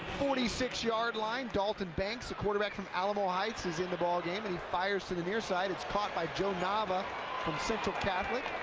forty six yard line. dalton banks, the quarterback from alamo heights is in the ballgame, and he fires to the nearside, it's caught bionava from central catholic,